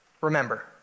remember